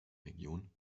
region